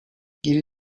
geri